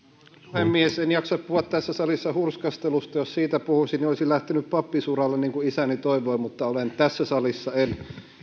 puhemies en jaksa puhua tässä salissa hurskastelusta jos siitä puhuisin niin olisin lähtenyt pappisuralle niin kuin isäni toivoi mutta olen tässä salissa en